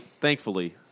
thankfully